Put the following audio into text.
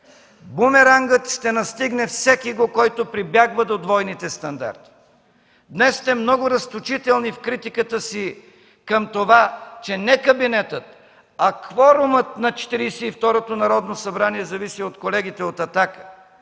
Бумерангът ще настигне всекиго, който прибягва до двойните стандарти. Днес сте много разточителни в критиката си към това, че не кабинетът, а кворумът на Четиридесет и второто Народно събрание зависи от колегите от „Атака”.